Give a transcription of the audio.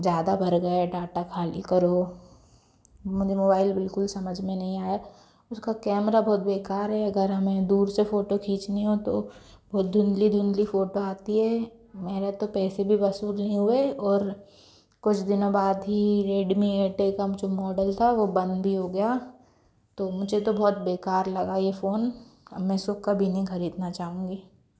ज़्यादा भर गया डाटा खाली करो मुझे मोबाइल बिल्कुल समझ में नहीं आया उसका कैमरा बहुत बेकार है अगर हमें दूर से फोटो खींचती हो तो बहुत धुंधली धुंधली फोटो आती है मेरे तो पैसे भी वसूल नहीं हुए और कुछ दिनों बाद ही रेडमी एट ए का जो मॉडल था वो बंद भी हो गया तो मुझे तो बहुत बेकार लगा ये फोन अब मैं इसको कभी नहीं खरीदना चाहूँगी